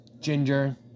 ginger